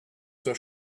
zur